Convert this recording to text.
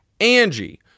Angie